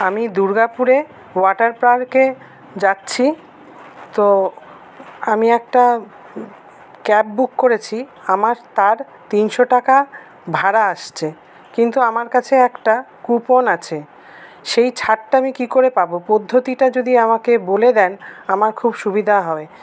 আমি দুর্গাপুরে ওয়াটার পার্কে যাচ্ছি তো আমি একটা ক্যাব বুক করেছি আমার তার তিনশো টাকা ভাড়া আসছে কিন্তু আমার কাছে একটা কুপন আছে সেই ছাড়টা আমি কী করে পাব পদ্ধতিটা যদি আমাকে বলে দেন আমার খুব সুবিধা হবে